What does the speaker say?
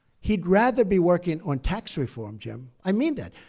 he'd rather be working on tax reform, jim. i mean that.